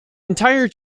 entire